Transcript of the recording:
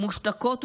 מושתקות ומודרות,